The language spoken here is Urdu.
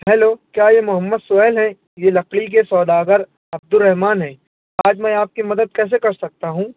ہیلو کیا یہ محمد سہیل ہیں یہ لکڑی کے سوداگر عبدالرحمان ہیں آج میں آپ کی مدد کیسے کر سکتا ہوں